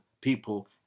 people